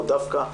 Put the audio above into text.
אלא דווקא העצמה,